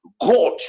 God